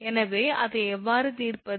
எனவே அதை எவ்வாறு தீர்ப்பது